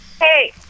hey